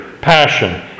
passion